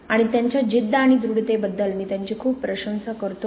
आणि त्यांच्या जिद्द आणि दृढतेबद्दल मी त्यांची खूप प्रशंसा करतो